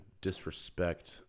disrespect